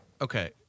Okay